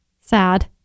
sad